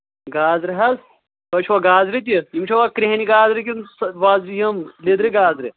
گازرِ حظ تۄہہِ چھُوا گازرِ تہِ یِم چھُوا کرٛیٚہنہِ گازرِ کِنہٕ وۄزجہِ یِم لیٚدرِ گازرِ